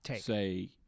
say